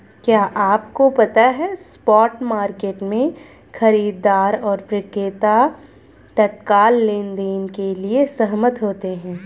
क्या आपको पता है स्पॉट मार्केट में, खरीदार और विक्रेता तत्काल लेनदेन के लिए सहमत होते हैं?